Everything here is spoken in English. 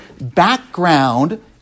background